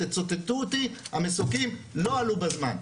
תצטטו אותי, המסוקים לא עלו בזמן.